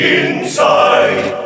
inside